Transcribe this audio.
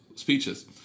speeches